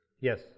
yes